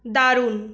দারুন